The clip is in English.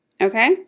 okay